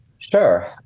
Sure